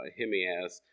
Hemias